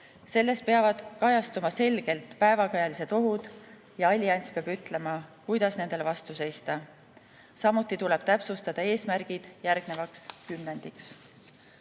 Selles peavad kajastuma selgelt päevakajalised ohud ja allianss peab ütlema, kuidas nendele vastu seista. Samuti tuleb täpsustada eesmärgid järgnevaks kümnendiks. Tahan